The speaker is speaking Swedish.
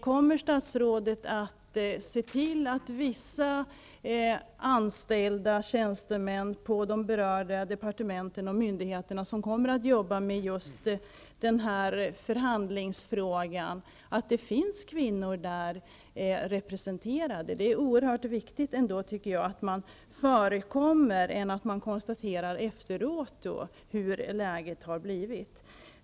Kommer statsrådet att se till att kvinnor är representerade bland de tjänstemän på de berörda departementen och myndigheterna som kommer att jobba med just förhandlingsfrågan? Det är här oerhört viktigt att man förekommer skeendet och inte bara efteråt konstaterar hur det har blivit.